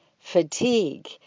fatigue